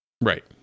Right